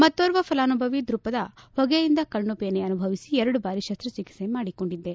ಮತ್ತೋರ್ವ ಫಲಾನುಭವಿ ದ್ರುಪದಾ ಹೊಗೆಯಿಂದ ಕಣ್ಣುಬೇನೆ ಅನುಭವಿಸಿ ಎರಡುಬಾರಿ ಶಸ್ತಚಿಕಿತ್ಸೆ ಮಾಡಿಸಿಕೊಂಡಿದ್ದೆ